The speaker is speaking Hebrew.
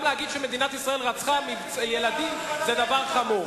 גם להגיד שמדינת ישראל רצחה ילדים זה דבר חמור.